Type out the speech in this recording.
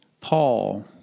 Paul